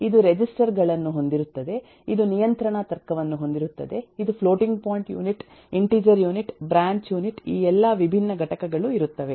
ಇದು ರೆಜಿಸ್ಟರ್ ಗಳನ್ನು ಹೊಂದಿರುತ್ತದೆ ಇದು ನಿಯಂತ್ರಣ ತರ್ಕವನ್ನು ಹೊಂದಿರುತ್ತದೆ ಇದು floating point unit integer unit branch unit ಈ ಎಲ್ಲಾ ವಿಭಿನ್ನ ಘಟಕಗಳು ಇರುತ್ತವೆ